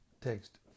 Text